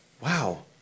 Wow